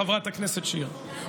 חברת הכנסת שיר.